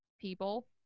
people